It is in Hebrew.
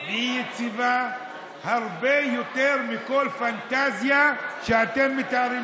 והיא יציבה הרבה יותר מכל פנטזיה שאתם מתארים